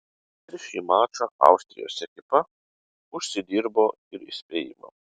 per šį mačą austrijos ekipa užsidirbo ir įspėjimą